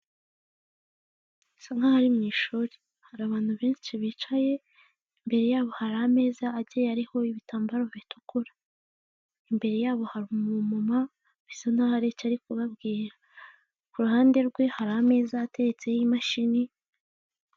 Bisa nkaho ari mu ishuri, hari abantu benshi bicaye imbere yabo hari ameza agiye ariho ibitambaro bitukura, imbere yabo hari umumama bisa naho hari icyo ari kubabwira, ku ruhande rwe hari ameza ateretseho imashini.